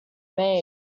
made